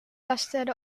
lasted